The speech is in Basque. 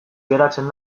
geratzen